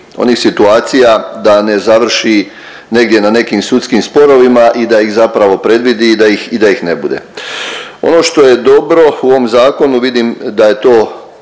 onih situacija da ne završi negdje na nekim sudskim sporovima i da ih zapravo predvidi i da ih i da ih ne bude. Ono što je dobro u ovom zakonu vidim da je to